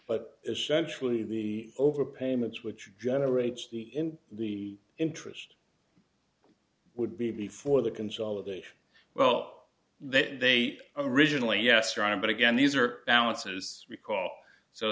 but essentially the overpayments which generates the in the interest would be before the consolidation well that they originally yes ryan but again these are balances recall so